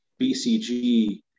BCG